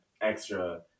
extra